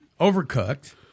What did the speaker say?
overcooked